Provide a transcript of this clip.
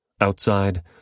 Outside